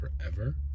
forever